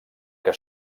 que